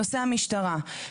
בנושא המשטרה,